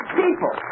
people